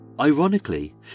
Ironically